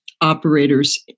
operators